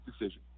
decision